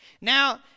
Now